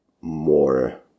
more